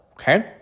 okay